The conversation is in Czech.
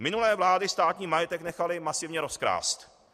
Minulé vlády státní majetek nechaly masivně rozkrást.